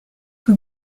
que